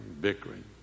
bickering